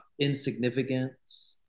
insignificance